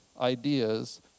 ideas